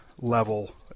level